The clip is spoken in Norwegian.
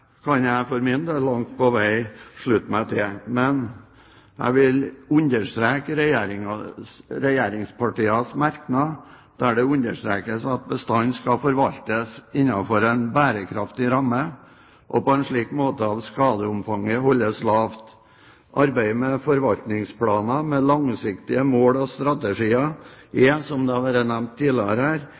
kan jeg for min del langt på vei slutte meg til. Men jeg vil understreke regjeringspartienes merknad, der de er opptatt av at bestanden skal forvaltes innenfor en bærekraftig ramme, og på en slik måte at skadeomfanget holdes lavt. Arbeidet med forvaltningsplaner med langsiktige mål og strategier er, som det allerede har vært nevnt her tidligere,